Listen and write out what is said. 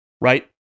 Right